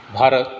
Bharat